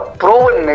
proven